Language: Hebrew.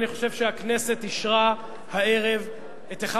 אני חושב שהכנסת אישרה הערב את אחד